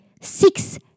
six